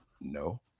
No